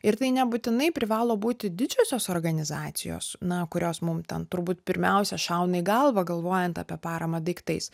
ir tai nebūtinai privalo būti didžiosios organizacijos na kurios mum ten turbūt pirmiausia šauna į galvą galvojant apie paramą daiktais